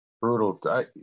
Brutal